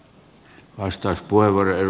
arvoisa puhemies